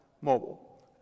mobile